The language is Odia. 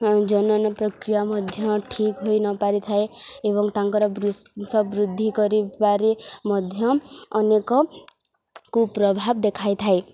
ଜନନ ପ୍ରକ୍ରିୟା ମଧ୍ୟ ଠିକ୍ ହୋଇ ନ ପାରି ଥାଏ ଏବଂ ତାଙ୍କର ବଂଶ ବୃଦ୍ଧି କରିବାରେ ମଧ୍ୟ ଅନେକ କୁପ୍ରଭାବ ଦେଖାଇ ଥାଏ